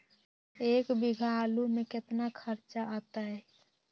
एक बीघा आलू में केतना खर्चा अतै?